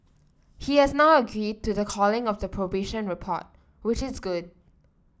he has now agreed to the calling of the probation report which is good